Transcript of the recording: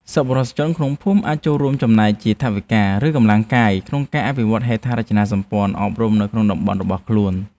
សប្បុរសជនក្នុងភូមិអាចចូលរួមចំណែកជាថវិកា ឬកម្លាំងកាយក្នុងការអភិវឌ្ឍហេដ្ឋារចនាសម្ព័ន្ធអប់រំនៅក្នុងតំបន់របស់ខ្លួន។